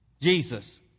Jesus